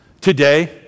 Today